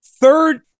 Third